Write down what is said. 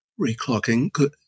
reclocking